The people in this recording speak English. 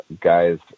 guys